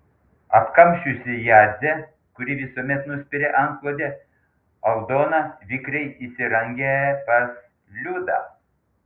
apkamšiusi jadzę kuri visuomet nuspiria antklodę aldona vikriai įsirangę pas liudą